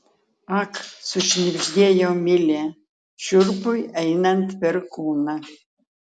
ak sušnibždėjo milė šiurpui einant per kūną